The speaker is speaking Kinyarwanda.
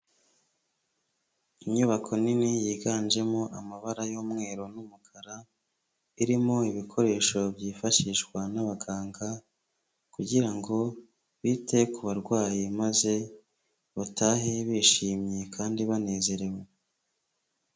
Inyubako nini yiganjemo amabara y'umweru n'umukara, irimo ibikoresho byifashishwa n'abaganga kugira ngo bite ku barwayi maze batahe bishimye kandi banezerewe.